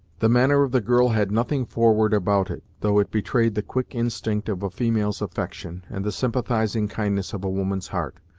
the manner of the girl had nothing forward about it, though it betrayed the quick instinct of a female's affection, and the sympathizing kindness of a woman's heart.